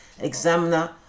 Examiner